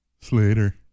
Slater